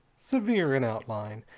severe in outline,